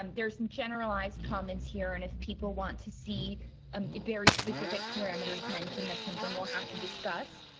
um there's some generalized comments here and if people want to see um very specific parameters mentioned, that's something we'll have to discuss.